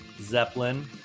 Zeppelin